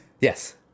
Yes